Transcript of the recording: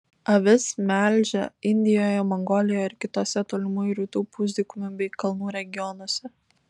avis melžia indijoje mongolijoje ir kituose tolimųjų rytų pusdykumių bei kalnų regionuose